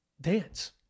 dance